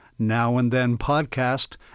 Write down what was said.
nowandthenpodcast